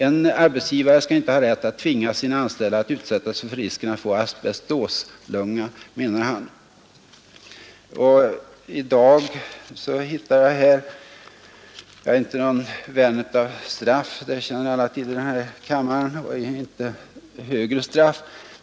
”En arbetsgivare ska inte ha rätt att tvinga sina anställda att utsätta sig för risken att få asbestoslunga.” Jag är inte någon vän av straff — det känner alla till i den här kammaren — och särskilt inte av hårdare straff.